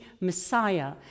Messiah